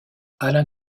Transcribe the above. alain